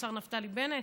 השר נפתלי בנט,